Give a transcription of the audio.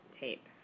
tape